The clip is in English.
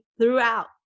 throughout